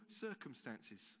circumstances